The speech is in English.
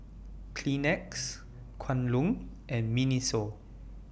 Kleenex Kwan Loong and Miniso